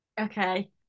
okay